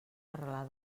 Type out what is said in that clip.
arrelada